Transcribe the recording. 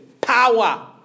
Power